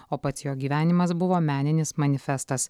o pats jo gyvenimas buvo meninis manifestas